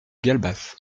galbas